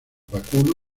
vacuno